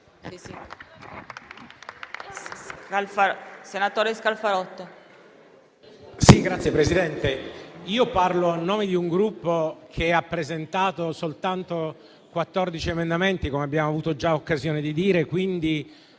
io parlo a nome di un Gruppo che ha presentato soltanto 14 emendamenti, come abbiamo già avuto occasione di dire,